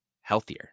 healthier